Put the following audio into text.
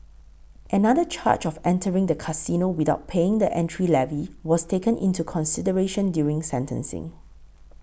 another charge of entering the casino without paying the entry levy was taken into consideration during sentencing